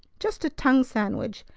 just a tongue sandwich.